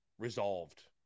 resolved